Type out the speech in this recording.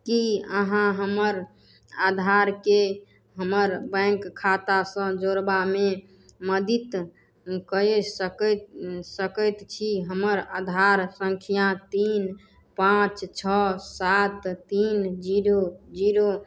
की अहाँ हमर आधारके हमर बैंक खातासँ जोड़बामे मदित कै सकै सकैत छी हमर आधार सङ्ख्या तीन पाँच छओ सात तीन जीरो जीरो